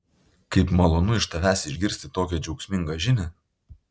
kaip malonu iš tavęs išgirsti tokią džiaugsmingą žinią